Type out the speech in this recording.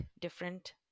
different